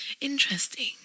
interesting